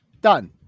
Done